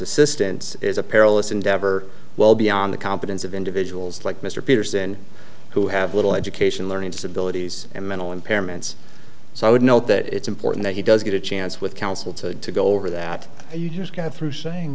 assistance is a perilous endeavor well beyond the competence of individuals like mr peterson who have little education learning disabilities and mental impairments so i would note that it's important that he does get a chance with counsel to go over that you just got through saying